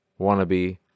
wannabe